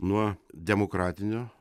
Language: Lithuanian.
nuo demokratinio